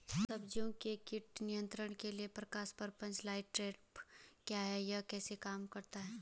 सब्जियों के कीट नियंत्रण के लिए प्रकाश प्रपंच लाइट ट्रैप क्या है यह कैसे काम करता है?